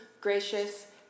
gracious